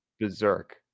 berserk